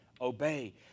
obey